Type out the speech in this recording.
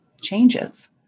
changes